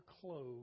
clothes